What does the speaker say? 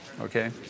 okay